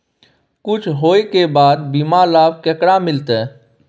कुछ होय के बाद बीमा लाभ केकरा मिलते?